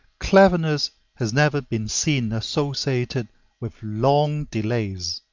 cleverness has never been seen associated with long delays.